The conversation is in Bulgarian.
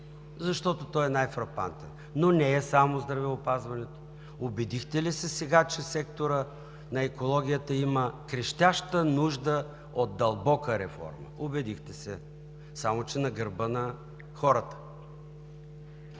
защото той е най-фрапантен, но не е само здравеопазването. Убедихте ли се сега, че секторът на екологията има крещяща нужда от дълбока реформа? Убедихте се, само че на гърба на хората!